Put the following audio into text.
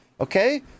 okay